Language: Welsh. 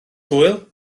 hwyl